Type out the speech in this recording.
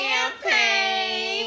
Campaign